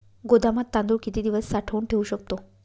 गोदामात तांदूळ किती दिवस साठवून ठेवू शकतो?